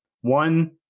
one